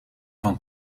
van